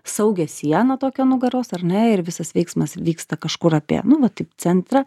saugią sieną tokią nugaros ar ne ir visas veiksmas vyksta kažkur apie nu va taip centrą